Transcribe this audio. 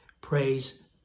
praise